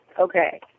okay